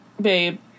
babe